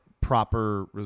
proper